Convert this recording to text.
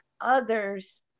others